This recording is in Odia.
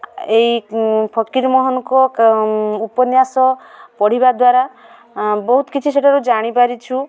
ଏଇ ଫକୀର ମୋହନଙ୍କ ଉପନ୍ୟାସ ପଢ଼ିବା ଦ୍ୱାରା ବହୁତ କିଛି ସେଠାରୁ ଜାଣିପାରିଛୁ